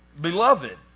beloved